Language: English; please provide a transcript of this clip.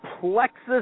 Plexus